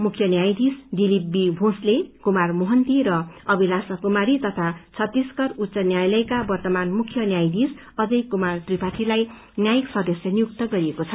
मुख्य न्यायाधीश दिलीप बी भोसले कुमार मोहंती र अभिलाषा कुमारी तथा दत्तीसगढ़ उच्च न्यायालयका वर्तमान मुख्य न्यायाधीश अजय कुमार त्रिपाठी लाई न्यायिक सदस्य नियुक्त गर्नुभएको छ